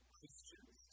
Christians